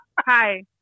Hi